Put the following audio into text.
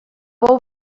bou